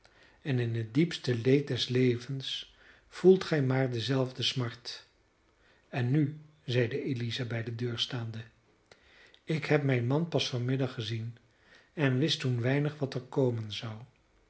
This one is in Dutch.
en in het diepste leed des levens voelt gij maar dezelfde smart en nu zeide eliza bij de deur staande ik heb mijn man pas van middag gezien en wist toen weinig wat er komen zou